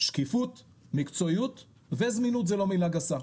שקיפות מקצועיות וזמינות, זה לא מילה גסה,